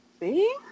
See